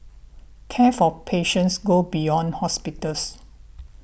care for patients go beyond hospitals